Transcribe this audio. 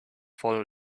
fall